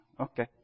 Okay